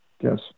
Yes